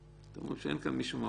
אתם אומרים שאין כאן מישהו מהאוצר,